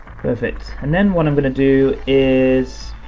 perfect. and then what i'm gonna do is,